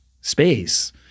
space